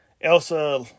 Elsa